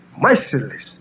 merciless